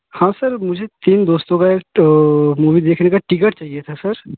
हाँ सर मुझे तीन दोस्तों का एक मूवी देखने का टिकट चाहिए था सर